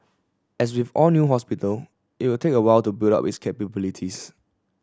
as with all new hospital it will take a while to build up with capabilities